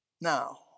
Now